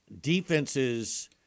defenses